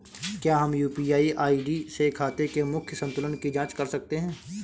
क्या हम UPI ID से खाते के मूख्य संतुलन की जाँच कर सकते हैं?